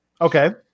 Okay